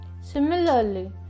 Similarly